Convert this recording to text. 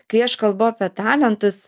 kai aš kalbu apie talentus